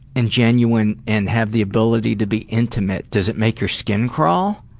and genuine and have the ability to be intimate? does it make your skin crawl?